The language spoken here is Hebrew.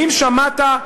ואם שמעת,